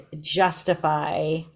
justify